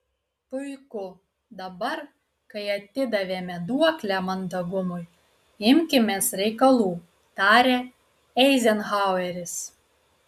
puiku dabar kai atidavėme duoklę mandagumui imkimės reikalų tarė eizenhaueris